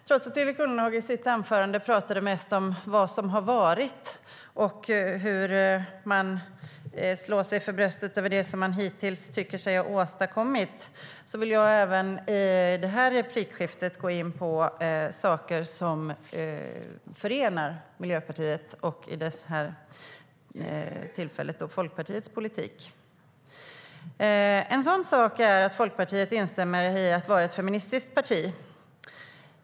Trots att Erik Ullenhag i sitt anförande talade mest om vad som har varit och slår sig för bröstet för det som man hittills tycker sig ha åstadkommit, vill jag även i det här replikskiftet gå in på saker som förenar Miljöpartiets och Folkpartiets politik. En sådan sak är att Folkpartiet också är ett feministiskt parti.